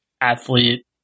athlete